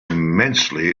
immensely